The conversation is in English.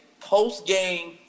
Post-game